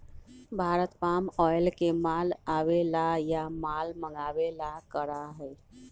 Bharat palm oil के माल आवे ला या माल मंगावे ला करा हई